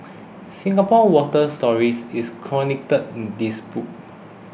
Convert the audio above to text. Singapore's water stories is chronicled in this book